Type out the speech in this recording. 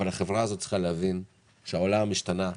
אבל החברה הזאת צריכה להבין שהעולם השתנה,